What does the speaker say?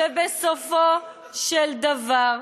ובסופו של דבר,